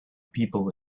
people